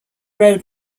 road